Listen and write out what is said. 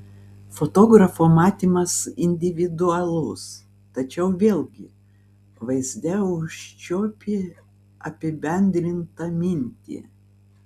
fotografo matymas individualus tačiau vėlgi vaizde užčiuopi apibendrintą mintį